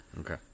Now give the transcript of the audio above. Okay